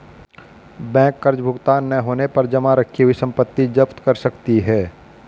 bank कर्ज भुगतान न होने पर जमा रखी हुई संपत्ति जप्त कर सकती है